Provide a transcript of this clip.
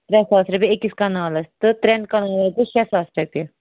ترٛےٚ ساس رۄپیہ أکِس کَنالَس تہٕ ترٛیٚن کنالن گوٚو شیٚے ساس رۄپیہِ